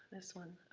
this one.